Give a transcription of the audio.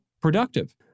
productive